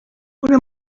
una